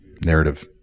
narrative